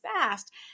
fast